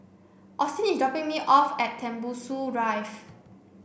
Auston is dropping me off at Tembusu Drive